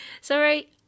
Sorry